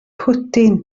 pwdin